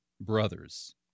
brothers